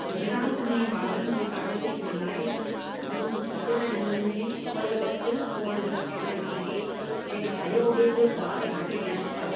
गुजरात में ॿारनि जी पढ़ाई जे लाइ उन्हनि टीचर हिननि में अपर्याप्त कॉर्डीनेशन आहे ऐं सहयोगु ॿार घटि ॾियनि था